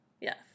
Yes